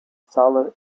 silver